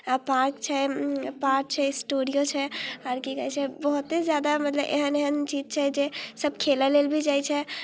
अऽ पार्क छै पार्क छै स्टूडिओ छै आओर कि कहै छै बहुते ज्यादा मतलब एहन एहन चीज छै जे सब खेलै लेल भी जाइ छै